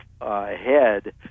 ahead